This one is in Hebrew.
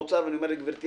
לרגע